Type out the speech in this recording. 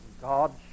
God